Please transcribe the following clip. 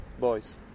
boys